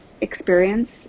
experience